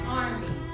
army